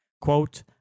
Quote